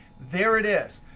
there it is.